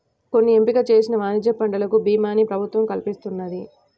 కొన్ని ఎంపిక చేసిన వాణిజ్య పంటలకు భీమాని ప్రభుత్వం కల్పిస్తున్నది